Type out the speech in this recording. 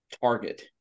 target